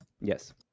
yes